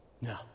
No